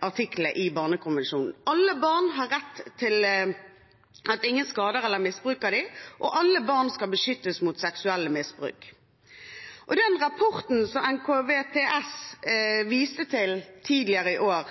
artiklene i barnekonvensjonen: «Alle barn har rett til at ingen skader eller misbruker dem» og «Alle barn skal beskyttes mot seksuelt misbruk». Den rapporten som Nasjonalt kunnskapssenter om vold og traumatisk stress kom med tidligere i år,